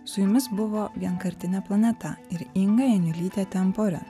su jumis buvo vienkartinė planeta ir inga janiulytė temporen